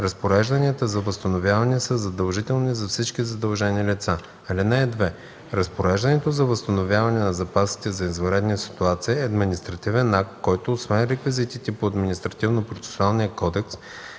Разпорежданията за възстановяване са задължителни за всички задължени лица. (2) Разпореждането за възстановяване на запасите за извънредни ситуации е административен акт, който освен реквизитите по